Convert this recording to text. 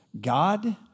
God